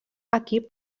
equip